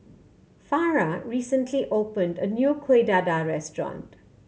Farrah recently opened a new Kueh Dadar restaurant